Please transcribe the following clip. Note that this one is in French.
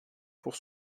pour